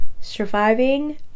surviving